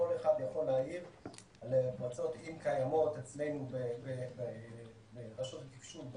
כל אחד יכול להעיר על פרצות אם קיימות אצלנו ברשות התקשוב,